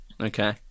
Okay